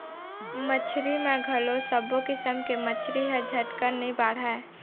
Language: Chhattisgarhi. मछरी म घलौ सब्बो किसम के मछरी ह झटकन नइ बाढ़य